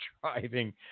driving